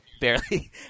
Barely